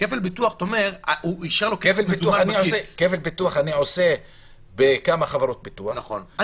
כפל ביטוח אני עושה בכמה חברות ביטוח,